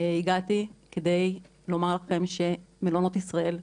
הגעתי כדי לומר לכם שמלונות ישראל רוצים,